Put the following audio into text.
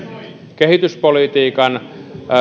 kehityspolitiikan